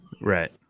right